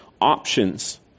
options